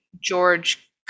George